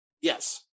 Yes